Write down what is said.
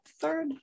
third